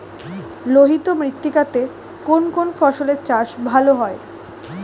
লোহিত মৃত্তিকা তে কোন কোন ফসলের চাষ ভালো হয়?